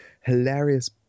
hilarious